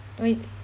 wait